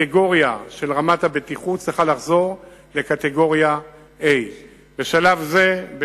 הדירוג של רמת הבטיחות צריך לחזור לקטגוריה A. בשלב זה אנחנו